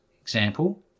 Example